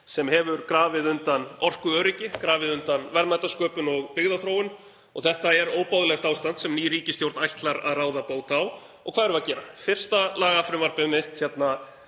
sem hefur grafið undan orkuöryggi, grafið undan verðmætasköpun og byggðaþróun. Þetta er óboðlegt ástand sem ný ríkisstjórn ætlar að ráða bót á, og hvað erum við að gera? Fyrsta lagafrumvarpið mitt á